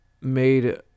made